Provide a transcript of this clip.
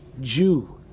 Jew